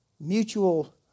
Mutual